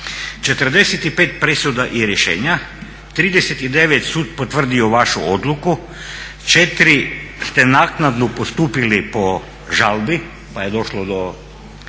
45 presuda i rješenja, 39 sud potvrdio vašu odluku, 4 ste naknadno postupili po žalbi pa je došlo do